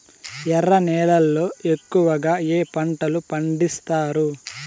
ఎర్ర నేలల్లో ఎక్కువగా ఏ పంటలు పండిస్తారు